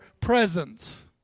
presence